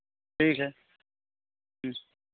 ठीक है